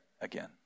again